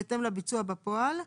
בהתאם לביצוע בפועל.